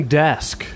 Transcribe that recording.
desk